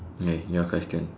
eh new question